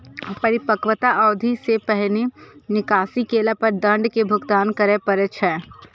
परिपक्वता अवधि सं पहिने निकासी केला पर दंड के भुगतान करय पड़ै छै